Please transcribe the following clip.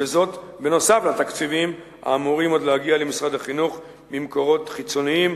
וזאת בנוסף לתקציבים האמורים עוד להגיע למשרד החינוך ממקורות חיצוניים,